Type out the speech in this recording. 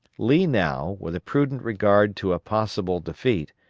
lee now, with a prudent regard to a possible defeat,